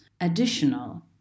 additional